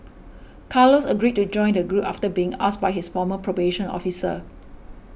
carlos agreed to join the group after being asked by his former probation officer